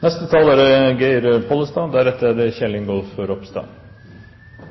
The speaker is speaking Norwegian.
Jeg vil gi ros til forslagsstillerne for å